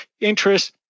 interest